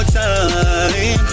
time